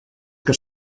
que